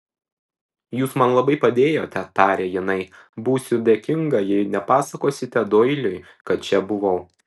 jūs man labai padėjote tarė jinai būsiu dėkinga jei nepasakosite doiliui kad čia buvau